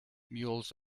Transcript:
mules